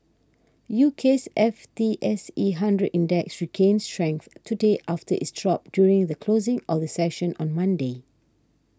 UK's F T S E Hundred Index regained strength today after its drop during the closing of the session on Monday